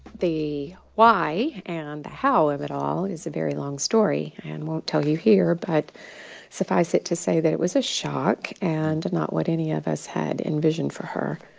the why and how of it all is a very long story. and i won't tell you here, but suffice it to say that it was a shock and and not what any of us had envisioned for her.